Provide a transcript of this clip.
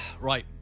right